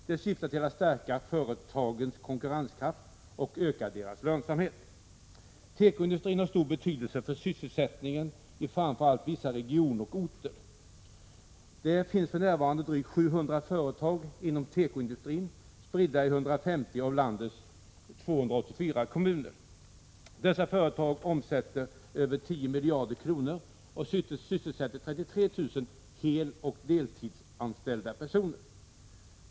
Det syftar till att stärka företagens konkurrenskraft och öka deras lönsamhet. Tekoindustrin har stor betydelse för sysselsättningen i framför allt vissa regioner och orter. Det finns för närvarande drygt 700 företag inom tekoindustrin, spridda i 150 av landets 284 kommuner. Dessa företag omsätter över 10 miljarder kronor och sysselsätter ca 33 000 heloch deltidsanställda personer.